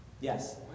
Yes